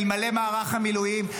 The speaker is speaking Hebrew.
אלמלא מערך המילואים,